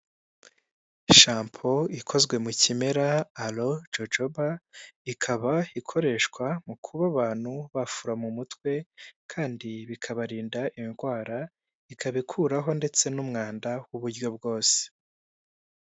Shampo ikozwe mu kimera alo jojoba ikaba ikoreshwa mu kuba abantu bafura mu mutwe kandi bikabarinda indwara ikabikuraho ndetse n'umwanda w'uburyo bwose.